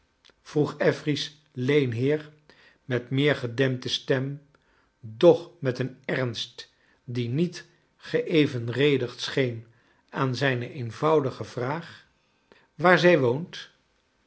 vroeg affery's leenheer met meer gedempte stem dooh met een ernst die niet geevenredigd scheen aan zijne eenvoudige vraag waar zij woont